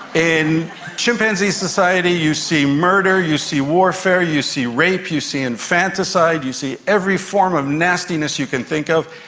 in chimpanzee society you see murder, you see warfare, you see rape, you see infanticide, you see every form of nastiness you can think of.